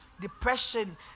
depression